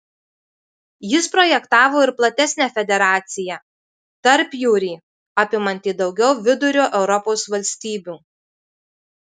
jis projektavo ir platesnę federaciją tarpjūrį apimantį daugiau vidurio europos valstybių